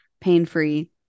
pain-free